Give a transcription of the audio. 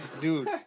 Dude